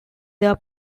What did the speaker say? their